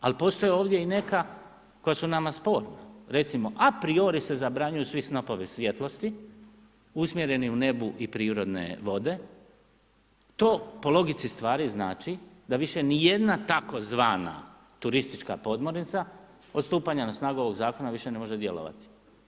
Ali postoje ovdje i neka koja su nama sporna, recimo apriori se zabranjuju svi snopovi svjetlosti usmjereni u nebu i prirodne vode, to po logici stvari znači da više nijedna tzv. turistička podmornica od stupanja na snagu ovog zakona, više ne može djelovati.